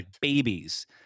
babies